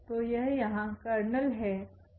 तो यह यहाँ कर्नेल है